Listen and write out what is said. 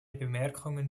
bemerkungen